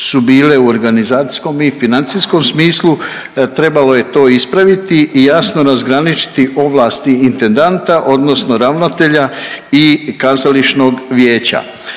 su bile u organizacijskom i financijskom smislu trebalo je to ispraviti i jasno razgraničiti ovlasti intendanta, odnosno ravnatelja i Kazališnog vijeća.